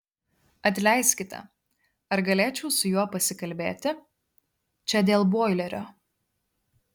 atleiskite ar galėčiau su juo pasikalbėti čia dėl boilerio